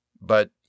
But